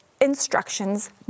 instructions